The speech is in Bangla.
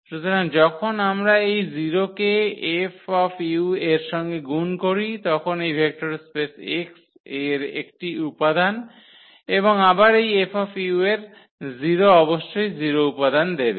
সুতরাং যখন আমরা এই 0 কে 𝐹 এর সঙ্গে গুণ করি তখন এই ভেক্টর স্পেস X এর একটি উপাদান এবং আবার এই 𝐹 এর 0 অবশ্যই 0 উপাদান দেবে